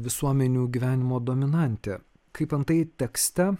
visuomenių gyvenimo dominantė kaip antai tekste